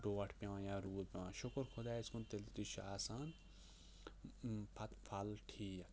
ڈوٹھ پیٚوان یا روٗد پیٚوان شُکُر خۄدایَس کُن تیٚلہِ تہِ چھُ آسان پَتہٕ پھل ٹھیٖک